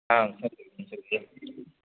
હા હું